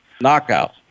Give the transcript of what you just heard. knockout